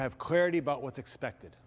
have clarity about what's expected